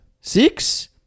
Six